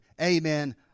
Amen